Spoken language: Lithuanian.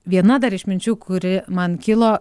viena dar išminčių kuri man kilo